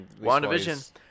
WandaVision